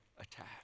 attack